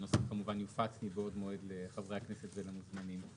נוסח שכמובן יופץ מבעוד מועד לחברי הכנסת ולמוזמנים.